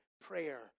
prayer